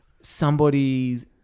somebody's